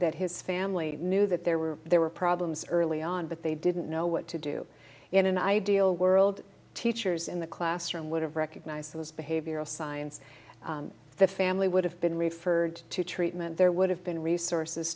that his family knew that there were there were problems early on but they didn't know what to do in an ideal world teachers in the classroom would have recognized this behavioral science the family would have been referred to treatment there would have been resources